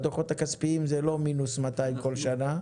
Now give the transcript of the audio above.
בדוחות הכספיים זה לא מינוס 200 מיליון שקל בכל שנה.